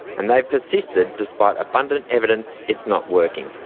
and they have persisted despite abundant evidence it's not working.